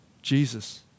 Jesus